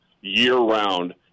year-round